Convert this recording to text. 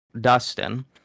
Dustin